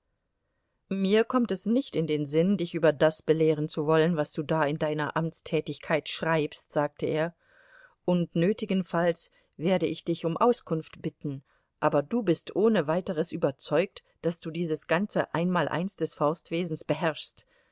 mir kommt es nicht in den sinn dich über das belehren zu wollen was du da in deiner amtstätigkeit schreibst sagte er und nötigenfalls werde ich dich um auskunft bitten aber du bist ohne weiteres überzeugt daß du dieses ganze einmaleins des forstwesens beherrschst